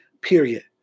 period